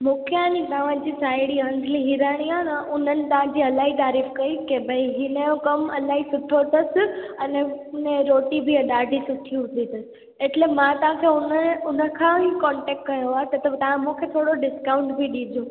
मूंखे आहे नी तव्हांजी सहेड़ी अंजली हिरानी आहे न उन्हनि तव्हांजी इलाही तारीफ़ कई की भई हिनजो कम इलाही सुठो अथसि अने हुनजे रोटी बि ॾाढी सुठी हूंदी अथसि एटले मां तव्हांखे हुनजे हुनखां ई कॉन्टेक्ट कयो आहे त तव्हां मूंखे थोरो डिस्काउंट बि ॾिजो